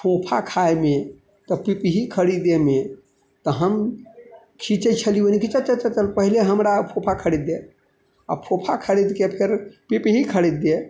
फोफा खाइमे तऽ पिपही खरिदैमे तऽ हम खिचै छलिए कि चल चल पहिले हमरा फोफा खरीद दे आओर फोफा खरीदके फेर पिपही खरीद दे